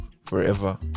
forever